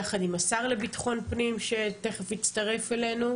יחד עם השר לביטחון פנים שתכף יצטרף אלינו,